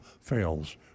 fails